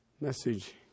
message